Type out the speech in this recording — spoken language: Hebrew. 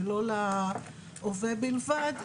ולא להווה בלבד,